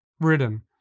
Written